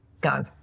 go